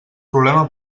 problema